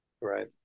Right